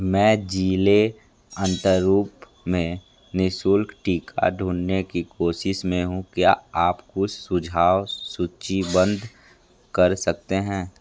मैं ज़िले अनंतपुर में निःशुल्क टीका ढूँढने की कोशिश में हूँ क्या आप कुछ सुझाव सूचीबद्ध कर सकते हैं